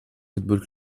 fútbol